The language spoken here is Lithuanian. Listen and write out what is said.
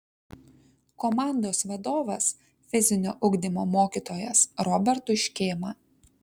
komandos vadovas fizinio ugdymo mokytojas robertui škėma